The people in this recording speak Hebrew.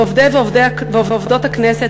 לעובדי ועובדות הכנסת,